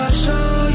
show